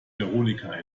veronika